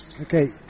Okay